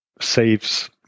saves